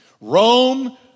Rome